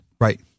Right